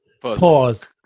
Pause